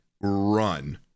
run